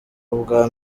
ubwa